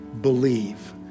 believe